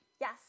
Yes